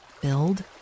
build